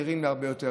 נראים הרבה יותר,